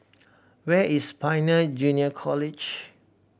where is Pioneer Junior College